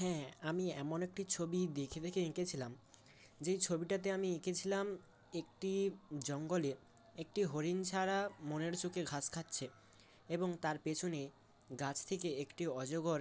হ্যাঁ আমি এমন একটি ছবি দেখে দেখে এঁকেছিলাম যেই ছবিটাতে আমি এঁকেছিলাম একটি জঙ্গলে একটি হরিণ ছাড়া মনের সুখে ঘাস খাচ্ছে এবং তার পেছনে গাছ থেকে একটি অজগর